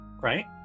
Right